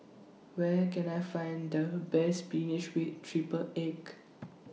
Where Can I Find The Best Spinach with Triple Egg